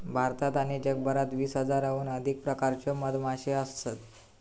भारतात आणि जगभरात वीस हजाराहून अधिक प्रकारच्यो मधमाश्यो असत